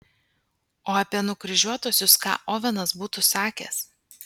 o apie nukryžiuotuosius ką ovenas būtų sakęs